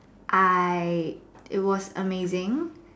I it was amazing